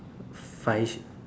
five